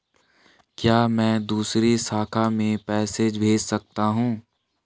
क्या मैं दूसरी शाखा में पैसे भेज सकता हूँ?